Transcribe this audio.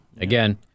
Again